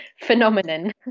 phenomenon